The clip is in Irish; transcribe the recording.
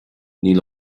níl